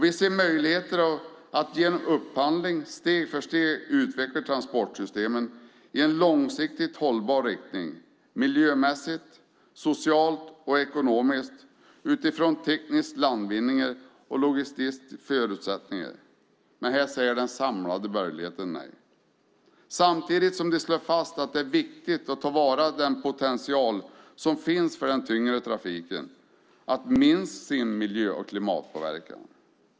Vi ser möjligheter att genom upphandling steg för steg utveckla transportsystemen i en långsiktigt hållbar riktning såväl miljömässigt som socialt och ekonomiskt utifrån tekniska landvinningar och logistiska förutsättningar. Här säger den samlade borgerligheten dock nej, samtidigt som de slår fast att det är viktigt att ta vara på den potential som finns för den tunga trafiken att minska sin miljö och klimatpåverkan.